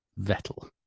Vettel